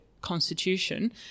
constitution